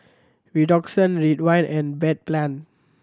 Redoxon Ridwind and Bedpan